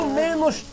menos